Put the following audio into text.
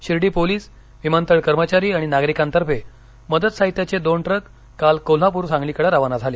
Shirdi police विमानतळ कर्मचारी आणि नागरिकांतर्फे मदत साहित्याचे दोन ट्रक काल कोल्हापूर सांगलीकडे रवाना झाले